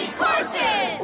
courses